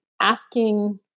asking